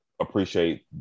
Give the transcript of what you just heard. appreciate